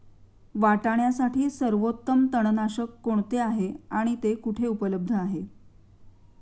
वाटाण्यासाठी सर्वोत्तम तणनाशक कोणते आहे आणि ते कुठे उपलब्ध आहे?